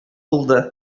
булды